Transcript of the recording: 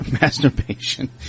masturbation